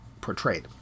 portrayed